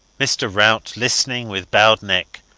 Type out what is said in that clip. mr. rout, listening with bowed neck,